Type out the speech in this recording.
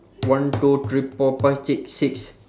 one two three four five six six